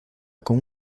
con